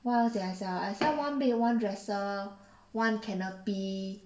what else did I sell ah I sell one bed one dresser one canopy